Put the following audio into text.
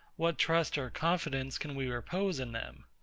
what trust or confidence can we repose in them?